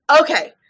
Okay